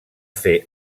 fer